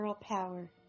Power